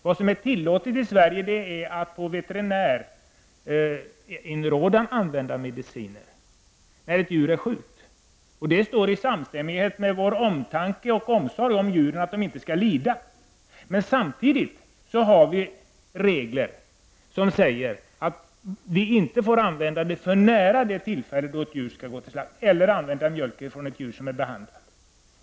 Det är tillåtet att i Sverige på veterinärs inrådan använda mediciner när ett djur är sjukt. Detta står i samstämmighet med vår omtanke och omsorg om djuren att de inte skall lida. Samtidigt har vi regler som säger att medicin inte får användas för nära i tiden innan ett djur skall gå till slakt och att man inte får använda mjölk från ett djur som är behandlat.